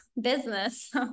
business